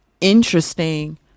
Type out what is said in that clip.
interesting